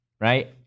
right